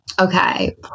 okay